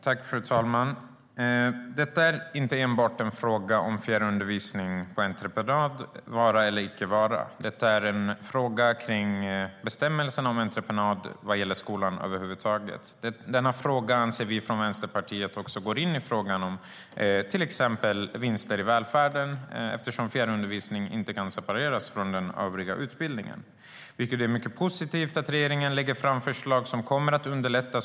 Fru talman! Detta är inte enbart en fråga om vara eller icke vara för fjärrundervisning på entreprenad. Det är en fråga om bestämmelser om entreprenad vad gäller skolan över huvud taget. Vi från Vänsterpartiet anser att den frågan går in i frågan om till exempel vinster i välfärden, eftersom fjärrundervisning inte kan separeras från den övriga utbildningen. Det är mycket positivt att regeringen lägger fram förslag som kommer att underlätta.